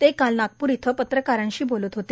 ते काल नागपूर इथं पत्रकारांशी बोलत होते